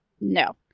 No